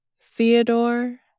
Theodore